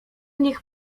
nich